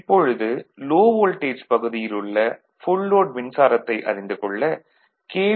இப்பொழுது low voltage பகுதியில் உள்ள ஃபுல் லோட் மின்சாரத்தை அறிந்து கொள்ள கே